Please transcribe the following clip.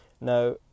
Now